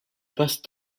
passe